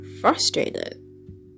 frustrated